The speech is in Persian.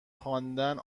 خواندن